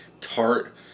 tart